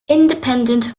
independent